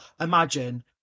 imagine